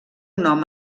nom